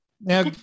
Now